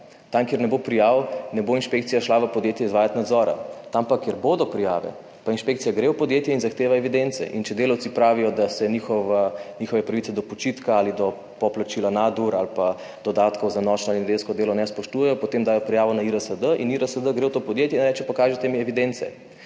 Tam, kjer ne bo prijav, ne bo inšpekcija šla v podjetje izvajati nadzora, tam pa, kjer bodo prijave, pa inšpekcija gre v podjetje in zahteva evidence. In če delavci pravijo, da se njihova, njihove pravice do počitka ali do poplačila nadur ali pa dodatkov za nočno ali nedeljsko delo ne spoštujejo, potem dajo prijavo na IRSD in IRSD gre v to podjetje in reče "Pokažite mi evidence".